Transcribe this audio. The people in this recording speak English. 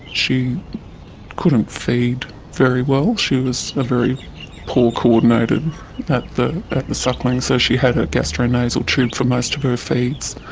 she couldn't feed very well. she was a very poor co-ordinated at the at the suckling, so she had a gastro-nasal tube for most of her feeds,